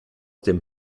dem